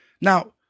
Now